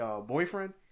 Boyfriend